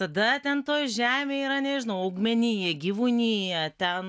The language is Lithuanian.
tada ten toj žemėj yra nežinau augmenija gyvūnija ten